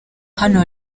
hano